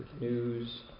news